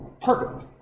Perfect